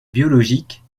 biologiques